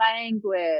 language